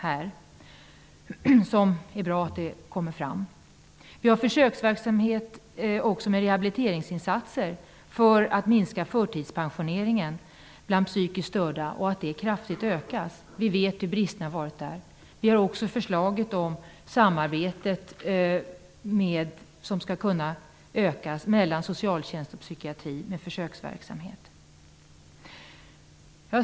Vi har även försöksverksamhet med rehabiliteringsinsatser för att minska antalet förtidspensioneringar bland psykiskt störda som kraftigt ökar. Vi vet vilka brister som har funnits på det området. Vi har också ett förslag om en försöksverksamhet när det gäller ökat samarbete mellan socialtjänst och psykiatri.